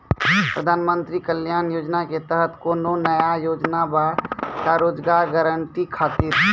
प्रधानमंत्री कल्याण योजना के तहत कोनो नया योजना बा का रोजगार गारंटी खातिर?